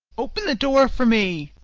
open the door for me!